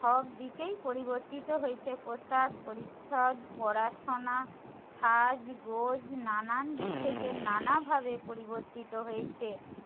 সব দিকেই পরিবর্তিত হয়েছে পোশাক পরিচ্ছদ পড়াশোনা সাজগোজ নানান দিক থেকে নানাভাবে পরিবর্তিত হয়েছে